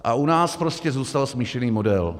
A u nás prostě zůstal smíšený model.